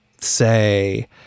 say